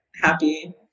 happy